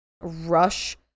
rush